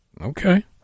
Okay